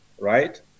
Right